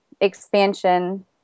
expansion